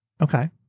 Okay